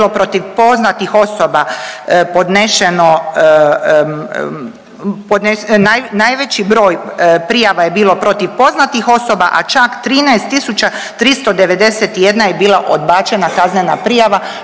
protiv poznatih osoba podnešeno najveći broj prijava je bilo protiv poznatih osoba, a čak 13.391 je bila odbačena kaznena prijava